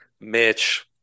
Mitch